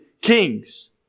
kings